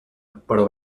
però